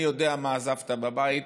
אני יודע מה עזבת בבית.